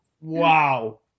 wow